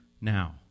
now